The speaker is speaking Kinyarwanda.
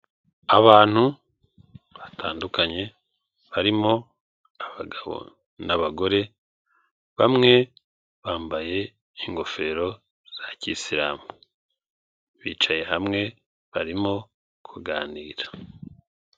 Abantu batandukanye barimo abagabo n'abagore, bamwe bambaye ingofero za kisilamu, bicaye hamwe barimo kuganira.